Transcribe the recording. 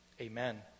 Amen